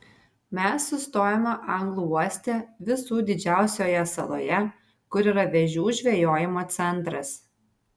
mes sustojome anglų uoste visų didžiausioje saloje kur yra vėžių žvejojimo centras